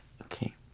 Okay